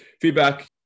feedback